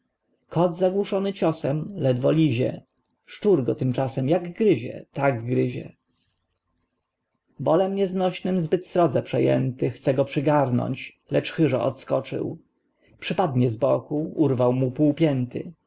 kot zagłuszony ciosem ledwo lizie szczur go tymczasem jak gryzie tak gryzie bolem nieznośnnym zbyt srodze przejęty chce go przygarnąć lecz chyżo odskoczył przypadnie z boku urwał mu pół pięty